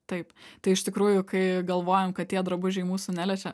taip tai iš tikrųjų kai galvojam kad tie drabužiai mūsų neliečia